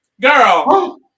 Girl